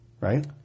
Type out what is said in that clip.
right